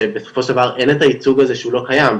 שבסופו של דבר אין את הייצוג הזה שהוא לא קיים,